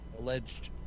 Alleged